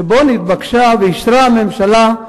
שבו נתבקשה הממשלה,